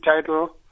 title